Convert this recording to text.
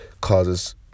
causes